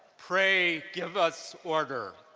pray give us order.